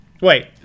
Wait